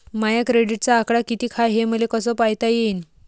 माया क्रेडिटचा आकडा कितीक हाय हे मले कस पायता येईन?